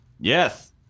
Yes